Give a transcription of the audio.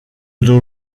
nos